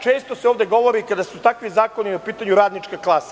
Često se ovde govori kada su takvi zakoni upitanju – radnička klasa.